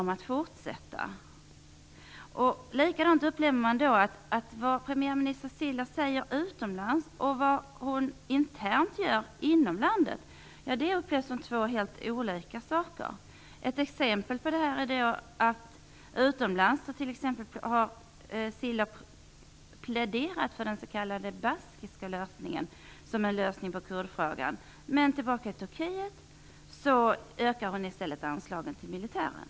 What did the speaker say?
På samma sätt upplever man att vad premiärminister Ciller säger utomlands och vad hon gör inom landet är två olika saker. Ett exempel på det här är att Ciller utomlands har pläderat för den baskiska modellen som en lösning på kurdfrågan, men i Turkiet ökade hon i stället anslagen till militären.